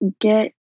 get